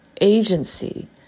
agency